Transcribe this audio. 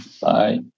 Bye